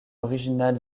original